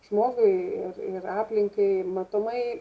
žmogui ir ir aplinkai matomai